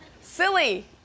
silly